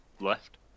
left